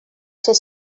ser